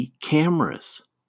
cameras